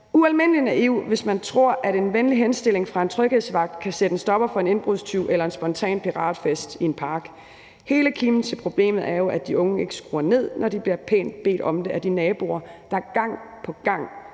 ualmindelig naiv, hvis man tror, at en venlig henstilling fra en tryghedsvagt kan sætte en stopper for en indbrudstyv eller en spontan piratfest i en park. Hele kimen til problemet er jo, at de unge ikke skruer ned, når de pænt bliver bedt om det af de naboer, der gang på gang